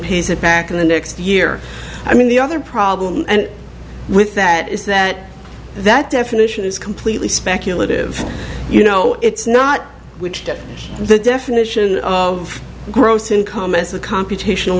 pays it back in the next year i mean the other problem with that is that that definition is completely speculative you know it's not the definition of gross income as a computational